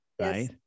right